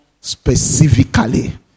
specifically